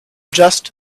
just